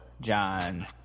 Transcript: John